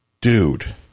dude